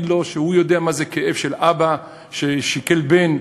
לו שהוא יודע מה זה כאב של אבא ששכל בן,